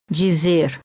dizer